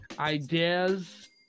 Ideas